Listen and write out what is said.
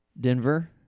Denver